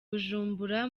bujumbura